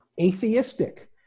atheistic